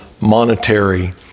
monetary